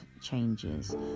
changes